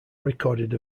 recorded